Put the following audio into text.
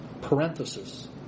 parenthesis